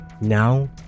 now